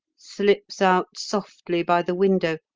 slips out softly by the window,